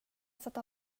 sätta